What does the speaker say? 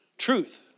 truth